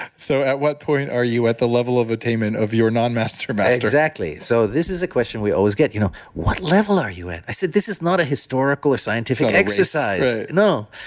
so at what point are you at the level of attainment of your non-master but master? exactly. so this is a question we always get, you know what level are you at? i said, this is not a historical or scientific exercise, right no.